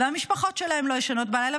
והמשפחות שלהם לא ישנות בלילה,